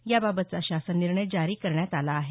याबाबतचा शासन निर्णय जारी करण्यात आला आहे